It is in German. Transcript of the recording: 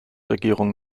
regierung